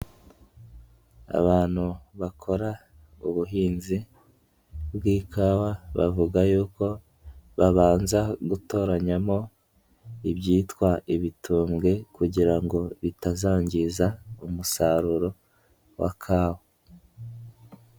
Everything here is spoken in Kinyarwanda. Abantu bakora ubuhinzi bw'ikawa, bavuga yuko babanza gutoranyamo, ibyitwa ibitumbwe kugira ngo bitazangiza umusaruro wa kawa.